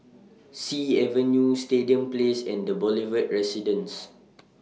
Sea Avenue Stadium Place and The Boulevard Residence